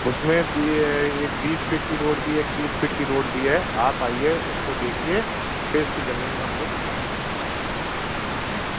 उसमें यह एक बीस फीट की रोड भी है एक तीस फिट की भी रोड है आप आइए उसको देखिए फिर उसकी ज़मीन हम लोग लेना है